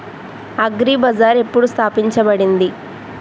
Agri Bazar ఎప్పుడు స్థాపించబడింది?